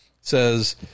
says